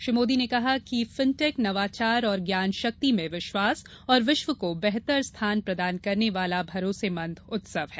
श्री मोदी ने कहा कि फिनटेक नवाचार और ज्ञान शक्ति में विश्वास और विश्व को बेहतर स्थान प्रदान करने वाला भरोसेमंद उत्सव है